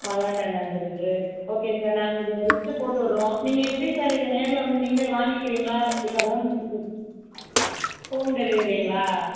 மல்லாட்டை எண்ணெய் அஞ்சு லிட்ரு ஓகே சார் நாங்கள் இந்த லிஸ்ட்டு போட்டுவிடுறோம் நீங்கள் எப்படி சார் இதை நேரில் வந்து நீங்களே வாங்கிக்கிறீங்களா இல்லை ஹோம் ஹோம் டெலிவரிங்களா